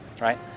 right